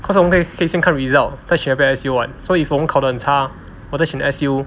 cause 他们可以可以先看 results 再选要不要 S_U [what] so if 我们考得很差我再选 S_U